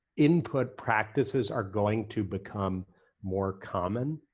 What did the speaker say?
input practices are going to become more common.